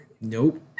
Nope